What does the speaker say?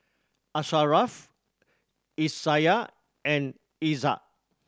Asharaff Aisyah and Izzat